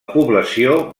població